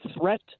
threat